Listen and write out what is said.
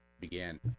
began